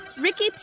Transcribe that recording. Ricky